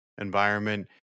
environment